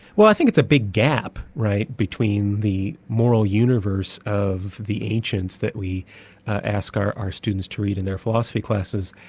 well i think it's a big gap between the moral universe of the ancients that we ask our our students to read in their philosophy classes,